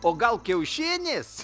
o gal kiaušinis